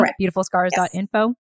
Beautifulscars.info